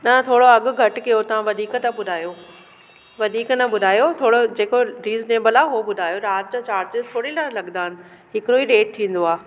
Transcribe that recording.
न थोरो अघु घटि कयो तव्हां वधीक था ॿुधायो वधीक न ॿुधायो थोरो जेको रिज़नेबल आहे उहो ॿुधायो राति जा चार्जिस थोरी न लॻंदा हिकिड़ो ई रेट थींदो आहे